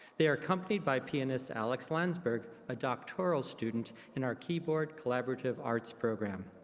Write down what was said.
they are accompanied by pianist alex lansburgh, a doctoral student in our keyboard collaborative arts program.